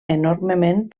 enormement